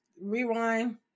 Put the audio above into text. rewind